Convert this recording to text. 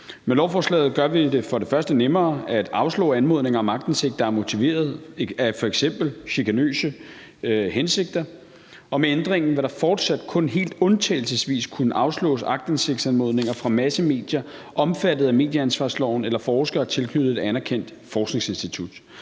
Med lovforslaget gør vi det for det første nemmere at afslå anmodninger om aktindsigt, der er motiveret af f.eks. chikanøse hensigter, og med ændringen vil der fortsat kun helt undtagelsesvis kunne afslås aktindsigtsanmodninger fra massemedier omfattet af medieansvarsloven eller forskere tilknyttet et anerkendt forskningsinstitut,